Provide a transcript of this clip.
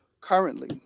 currently